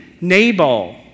Nabal